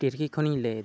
ᱴᱤᱨᱠᱤ ᱠᱷᱚᱱᱤᱧ ᱞᱟᱹᱭᱫᱟ